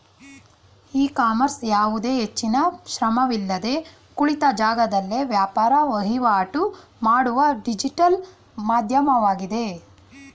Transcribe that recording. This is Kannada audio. ಇ ಕಾಮರ್ಸ್ ಯಾವುದೇ ಹೆಚ್ಚಿನ ಶ್ರಮವಿಲ್ಲದೆ ಕುಳಿತ ಜಾಗದಲ್ಲೇ ವ್ಯಾಪಾರ ವಹಿವಾಟು ಮಾಡುವ ಡಿಜಿಟಲ್ ಮಾಧ್ಯಮವಾಗಿದೆ